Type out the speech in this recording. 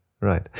right